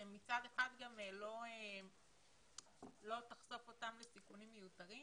שמצד אחד לא תחשוף אותם לסיכונים מיותרים